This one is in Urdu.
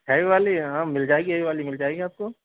ہیوی والی ہاں مل جائے گی ہیوی والی مل جائے گی آپ کو